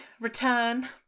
return